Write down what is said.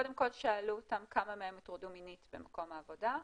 קודם כל שאלו אותן כמה מהן הוטרדו מינית במקום העבודה,